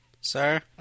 Sir